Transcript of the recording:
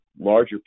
larger